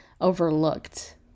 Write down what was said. overlooked